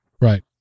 right